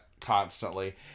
constantly